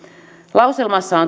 lauselmassa on